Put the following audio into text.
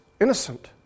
innocent